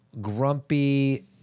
grumpy